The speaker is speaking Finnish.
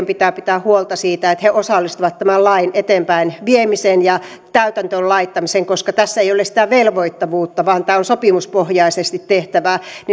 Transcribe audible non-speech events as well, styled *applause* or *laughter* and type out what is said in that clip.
*unintelligible* pitää pitää huolta siitä että ne osallistuvat tämän lain eteenpäinviemiseen ja täytäntöön laittamiseen koska tässä ei ole sitä velvoittavuutta vaan tämä on sopimuspohjaisesti tehtävä